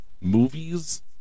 movies